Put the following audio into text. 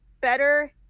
better